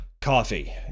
coffee